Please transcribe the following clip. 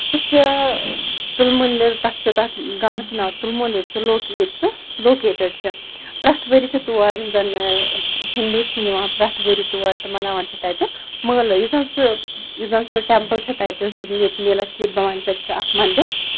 سُہ چھِ تُلمُلہِ تَتھ چھِ تَتھ گامَس چھِ ناو تُلمُل ییٚتہِ سُہ لوکے ییٚتہِ سُہ لوکیٹٕڈ چھِ پرٛٮ۪تھ ؤریہِ چھِ تور یِم زَنہٕ ہِندوٗ چھِ یِوان پرٛٮ۪تھ ؤریہِ تور تہٕ مَناوان چھِ تَتہِ مٲلہٕ یُس زَن سُہ یُس زَن سُہ ٹٮ۪مپٕل چھِ تَتہِ سُہ ییٚتہِ میلا کھیٖر بھَوانی چھِ تَتہِ چھِ اَکھ مندِر